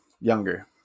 younger